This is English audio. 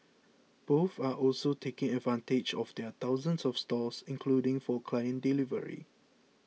both are also taking advantage of their thousands of stores including for client delivery